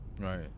Right